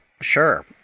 Sure